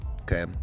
okay